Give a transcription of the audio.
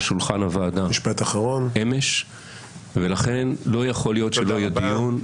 שולחן הוועדה ולכן לא יכול להיות שלא יהיה דיון.